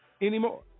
anymore